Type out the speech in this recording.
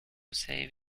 save